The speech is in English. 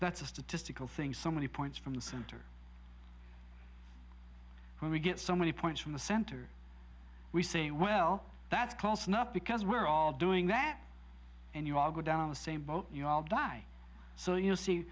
that's a statistical thing so many points from the center when we get so many points from the center we say well that's close enough because we're all doing that and you all go down the same boat you all die so you see